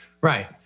Right